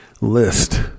List